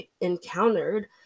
encountered